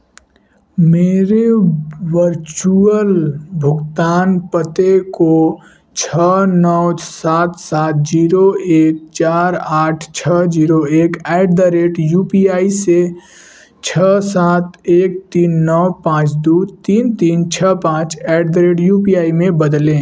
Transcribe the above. मेरे वर्चुअल भुगतान पते को छः नौ साथ सात जीरो एक चार आठ छः जीरो एक at the rate U P I से छः सात एक तीन नौ पाँच दो तीन तीन छः पाँच at the rate U P I में बदलें